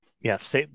Yes